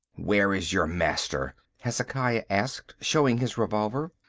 where is your master? hezekiah asked, showing his revolver.